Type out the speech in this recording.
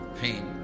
pain